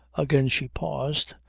again she paused,